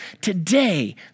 today